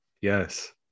yes